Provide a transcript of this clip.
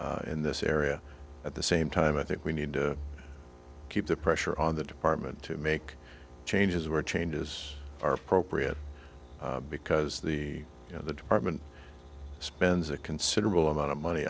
sensitivities in this area at the same time i think we need to keep the pressure on the department to make changes where changes are appropriate because the you know the department spends a considerable amount of money